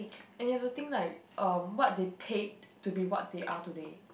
and there's a thing like um what they paid to be what they are today